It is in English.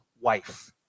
wife